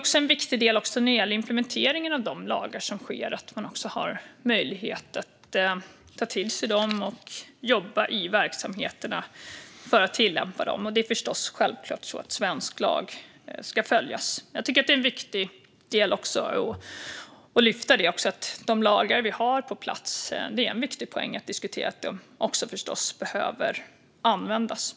Det här är en viktig del när det gäller implementeringen av de lagar som stiftas. Man måste ha möjlighet att ta till sig dem och jobba i verksamheterna för att tillämpa dem. Det är förstås självklart att svensk lag ska följas. Det är viktigt att lyfta upp och diskutera att de lagar som finns måste användas.